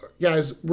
Guys